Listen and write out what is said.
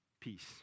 peace